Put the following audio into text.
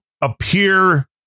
appear